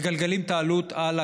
מגלגלים את העלות על הקונים.